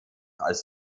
als